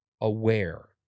aware